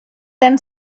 then